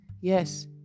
Yes